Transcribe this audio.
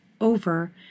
over